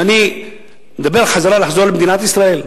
חזרה למדינת ישראל,